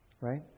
Right